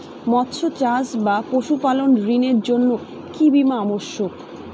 মৎস্য চাষ বা পশুপালন ঋণের জন্য কি বীমা অবশ্যক?